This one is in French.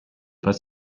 pas